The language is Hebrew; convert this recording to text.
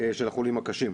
של החולים הקשים.